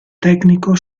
tecnico